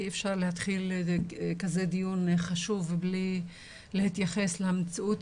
אי אפשר להתחיל כזה דיון חשוב בלי להתייחס למציאות